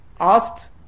asked